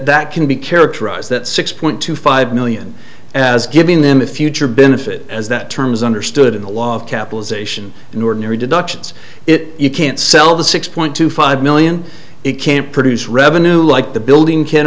that can be characterized that six point two five million as giving them a future benefit as that terms understood in the law of capitalization in ordinary deductions it you can't sell the six point two five million it can't produce revenue like the building can